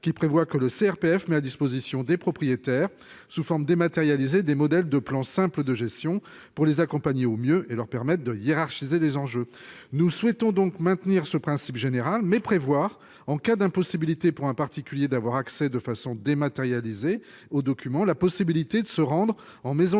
qui prévoit que le CRPF met à disposition des propriétaires sous forme dématérialisée des modèles de plan simple de gestion pour les accompagner au mieux et leur permettent de hiérarchiser les enjeux. Nous souhaitons donc maintenir ce principe général, mais prévoir en cas d'impossibilité pour un particulier, d'avoir accès de façon dématérialisée au document la possibilité de se rendre en maison